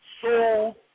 Soul